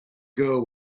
girl